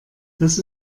das